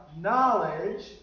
knowledge